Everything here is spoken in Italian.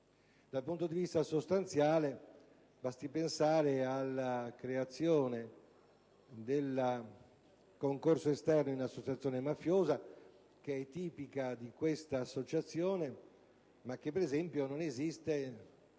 Dal punto di vista sostanziale, basti pensare alla creazione del concorso esterno in associazione mafiosa, che è tipico di detta forma di criminalità, ma che ‑ per esempio ‑ non esiste